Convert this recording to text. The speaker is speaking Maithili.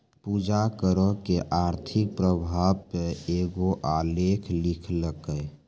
पूजा करो के आर्थिक प्रभाव पे एगो आलेख लिखलकै